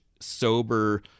sober